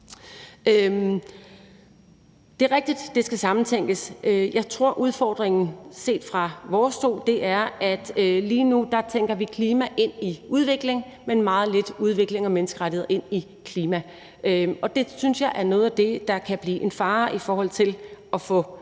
Det er rigtigt, at det skal sammentænkes. Udfordringen er set fra vores stol, at vi lige nu tænker klima ind i udvikling, men meget lidt udvikling og menneskerettigheder ind i klima. Det synes jeg er noget af det, der kan blive en fare, i forhold til at det,